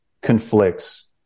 conflicts